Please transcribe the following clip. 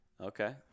Okay